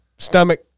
Stomach